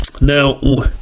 Now